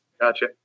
Gotcha